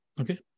okay